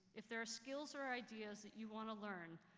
if there are skills or ideas that you want to learn,